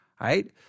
Right